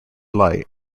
light